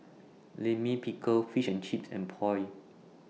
Lime Pickle Fish and Chips and Pho